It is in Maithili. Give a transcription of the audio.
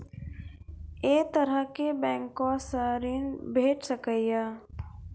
ऐ तरहक बैंकोसऽ ॠण भेट सकै ये?